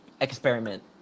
experiment